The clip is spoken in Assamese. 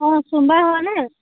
অঁ চুমবা হয়নে